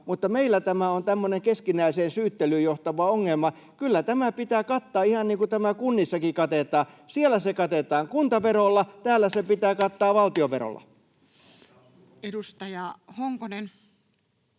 mutta meillä tämä on tämmöinen keskinäiseen syyttelyyn johtava ongelma. Kyllä tämä pitää kattaa, ihan niin kuin tämä kunnissakin katetaan. Siellä se katetaan kuntaverolla, täällä se pitää kattaa valtionverolla. [Speech